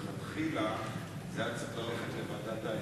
מלכתחילה זה היה צריך ללכת לוועדת האתיקה,